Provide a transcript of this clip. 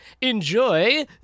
Enjoy